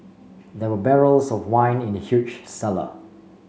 there were barrels of wine in the huge cellar